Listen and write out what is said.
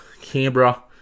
Canberra